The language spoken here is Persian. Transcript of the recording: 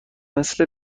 مثل